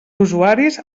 usuaris